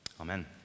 Amen